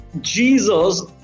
Jesus